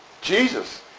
Jesus